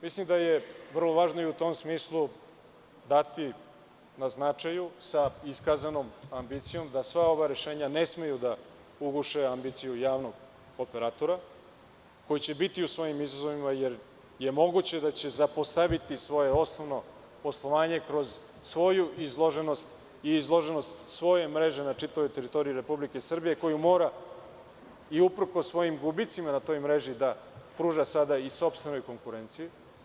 Mislim da je vrlo važno u tom smislu dati na značaju, sa iskazanom ambicijom da sva ova rešenja ne smeju da uguše ambiciju javnog operatora, koji će biti u svojim izazovima, jer je moguće da će zapostaviti svoje osnovno poslovanje kroz svoju izloženost i izloženost svoje mreže na čitavoj teritoriji Republike Srbije, koju mora i uprkos svojim gubicima na toj mreži da pruža sada i sopstvenoj konkurenciji.